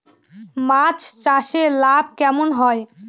মাছ চাষে লাভ কেমন হয়?